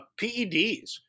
PEDs